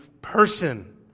person